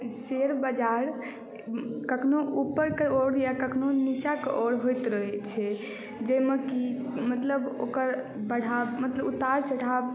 share बाजार कखनहुँ ऊपरके ओर या कखनहुँ नीचाँके ओर होइत रहैत छै जाहिमे कि मतलब ओकर बढ़ाव मतलब उतार चढ़ाव